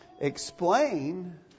explain